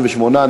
38,